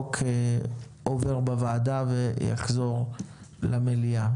החוק עובר בוועדה ויחזור למליאה.